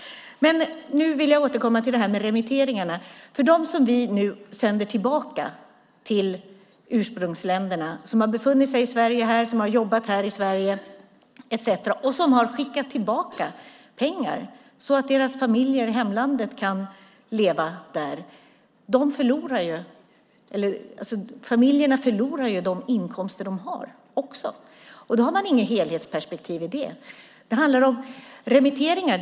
Nu vill jag återkomma till remitteringarna. De som vi nu sänder tillbaka till ursprungsländerna, som har befunnit sig i Sverige och som har jobbat här i Sverige, har skickat tillbaka pengar så att deras familjer i hemlandet har kunnat leva där. Familjerna förlorar ju de inkomster de har också. Då har man inget helhetsperspektiv. Det handlar om remitteringar.